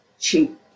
cheap